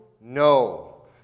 No